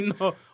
no